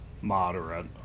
moderate